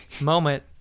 moment